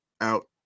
out